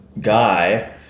guy